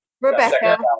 Rebecca